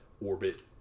orbit